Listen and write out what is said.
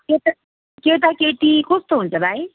केटा केटा केटी कस्तो हुन्छ भाइ